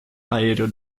aereo